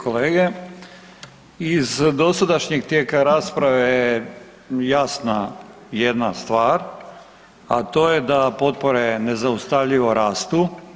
kolege, iz dosadašnjeg tijeka rasprave je jasna jedna stvar, a to je da potpore nezaustavljivo rastu.